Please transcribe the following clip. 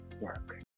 work